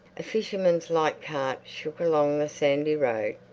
a fisherman's light cart shook along the sandy road,